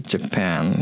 Japan